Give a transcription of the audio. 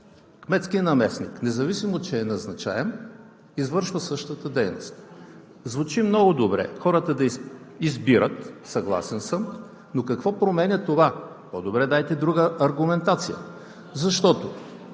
кметски наместник, независимо че е назначаем, извършва същата дейност. Звучи много добре хората да избират, съгласен съм, но какво променя това? По-добре дайте друга аргументация, защото